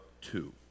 two